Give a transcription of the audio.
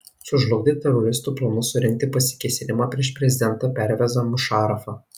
sužlugdė teroristų planus surengti pasikėsinimą prieš prezidentą pervezą mušarafą